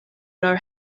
know